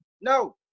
No